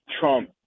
Trump